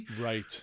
Right